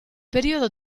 periodo